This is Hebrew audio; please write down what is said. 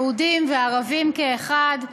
יהודים וערבים כאחד,